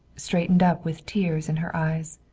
straightened up with tears in her eyes.